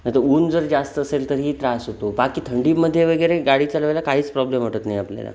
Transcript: नाहीतर ऊन जर जास्त असेल तरीही त्रास होतो बाकी थंडीमध्ये वगैरे गाडी चालवायला काहीच प्रॉब्लेम वाटत नाही आपल्याला